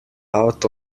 out